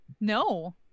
No